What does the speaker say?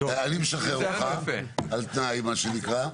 אני משחרר אותך על תנאי מה שנקרא,